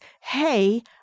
hey